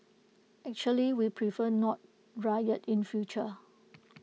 actually we prefer no riot in future